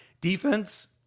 defense